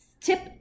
Tip